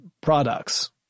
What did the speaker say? products